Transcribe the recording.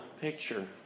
picture